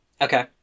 Okay